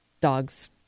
dogs